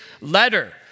letter